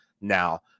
now